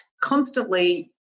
constantly